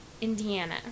Indiana